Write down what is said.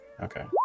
Okay